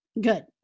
Good